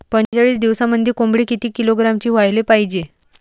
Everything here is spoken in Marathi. पंचेचाळीस दिवसामंदी कोंबडी किती किलोग्रॅमची व्हायले पाहीजे?